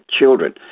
children